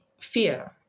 fear